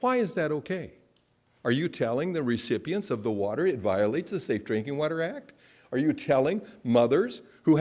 why is that ok are you telling the recipients of the water it violates the safe drinking water act are you telling mothers who